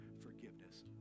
forgiveness